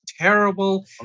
terrible